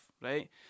right